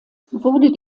wurde